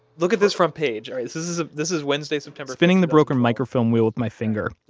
look at this front page, all right? this is ah this is wednesday, september spinning the broken microfilm wheel with my finger,